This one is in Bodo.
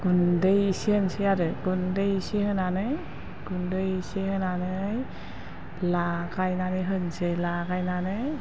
गुन्दै इसे होनसै आरो गुन्दै इसे होनानै गुन्दै इसे होनानै लागायनानै होनोसै लागायनानै